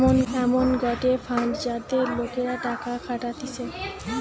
এমন গটে ফান্ড যাতে লোকরা টাকা খাটাতিছে